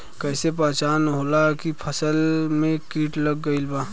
कैसे पहचान होला की फसल में कीट लग गईल बा?